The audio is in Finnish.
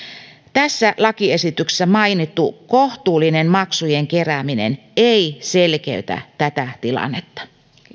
tässä lakiesityksessä mainittu kohtuullinen maksujen kerääminen ei selkeytä tätä tilannetta